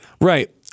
Right